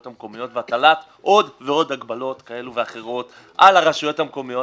המקומיות והטלת עוד ועוד הגבלות כאלו ואחרות על הרשויות המקומיות.